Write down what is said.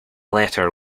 letter